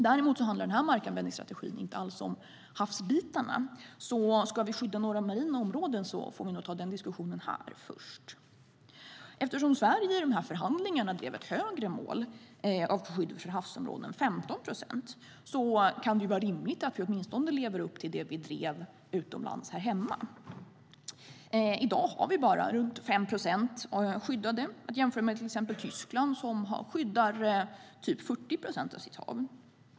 Däremot handlar den här markanvändningsstrategin inte alls om havsfrågorna, så ska vi skydda några marina områden får vi nog först ta den diskussionen här. Eftersom Sverige i förhandlingarna drev ett högre mål för skydd av havsområden, 15 procent, kan det vara rimligt att vi åtminstone här hemma lever upp till det som vi drev utomlands. I dag har vi bara runt 5 procent skyddade havsområden, att jämföra med till exempel Tyskland som skyddar ca 40 procent av sitt hav.